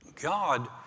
God